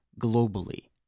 globally